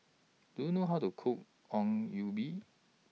Do YOU know How to Cook Ongol Ubi